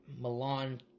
Milan